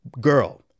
girl